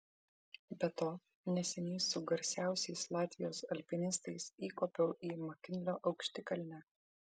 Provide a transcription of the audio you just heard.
be to neseniai su garsiausiais latvijos alpinistais įkopiau į makinlio aukštikalnę